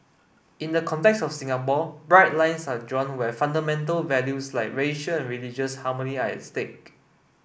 in the context of Singapore bright lines are drawn where fundamental values like racial and religious harmony are at stake